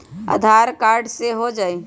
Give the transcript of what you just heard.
आधार card से हो जाइ?